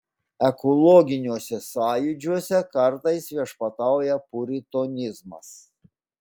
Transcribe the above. ekologiniuose sąjūdžiuose kartais viešpatauja puritonizmas